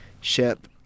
ship